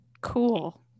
Cool